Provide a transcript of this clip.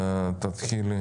בבקשה.